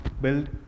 build